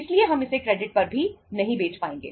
इसलिए हम इसे क्रेडिट पर भी नहीं बेच पाएंगे